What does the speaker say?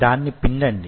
దాన్ని పిండండి